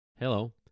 Hello